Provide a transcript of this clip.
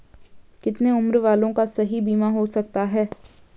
कितने उम्र वालों का बीमा हो सकता है?